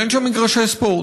אבל אין שם מגרשי ספורט.